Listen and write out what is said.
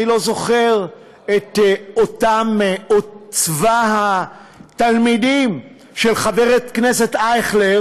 אני לא זוכר את צבא התלמידים של חבר הכנסת אייכלר